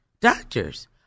doctors